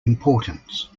importance